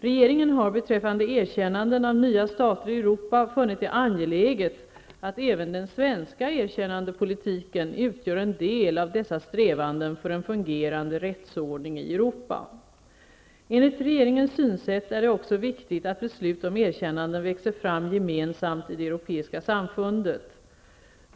Regeringen har beträffande erkännanden av nya stater i Europa funnit det angeläget att även den svenska erkännandepolitiken utgör en del av dessa strävanden för en fungerande rättsordning i Europa. Enligt regeringens synsätt är det också viktigt att beslut om erkännanden växer fram gemensamt i det europeiska samfundet.